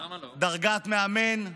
דרגת מאמן,